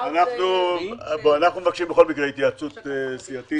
אנחנו מבקשים בכל מקרה התייעצות סיעתית.